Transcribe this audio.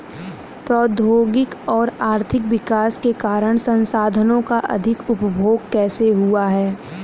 प्रौद्योगिक और आर्थिक विकास के कारण संसाधानों का अधिक उपभोग कैसे हुआ है?